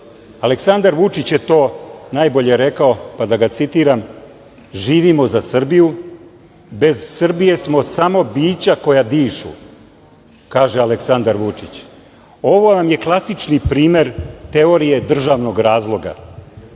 Aleksandar Vučić je to najbolje rekao, pa da ga citiram: „Živimo za Srbiju, bez Srbije smo samo bića koja dišu“, kaže Aleksandar Vučić. Ovo vam je klasični primer teorije državnog razloga